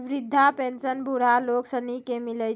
वृद्धा पेंशन बुढ़ा लोग सनी के मिलै छै